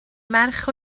merch